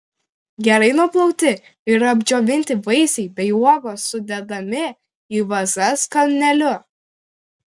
gerai nuplauti ir apdžiovinti vaisiai bei uogos sudedami į vazas kalneliu